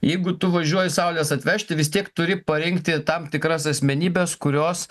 jeigu tu važiuoji saulės atvežti vis tiek turi parengti tam tikras asmenybes kurios